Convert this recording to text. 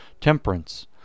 Temperance